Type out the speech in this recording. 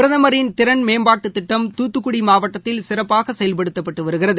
பிரதமின் திறன் மேம்பாட்டுத் திட்டம் துத்துக்குடிமாவட்டத்தில் சிறப்பாகசெயல்படுத்தப்பட்டுவருகிறது